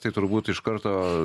tai turbūt iš karto